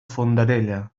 fondarella